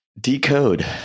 decode